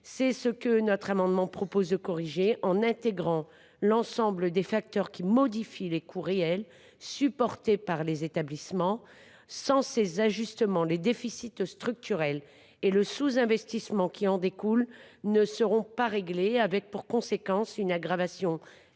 C’est ce que notre amendement vise à corriger. Il s’agit d’intégrer l’ensemble des facteurs qui modifient les coûts réels supportés par les établissements. Sans ces ajustements, les déficits structurels et le sous investissement qui en découle ne seront pas réglés. La conséquence sera une aggravation de